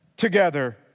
together